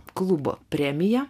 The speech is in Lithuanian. klubo premiją